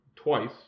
twice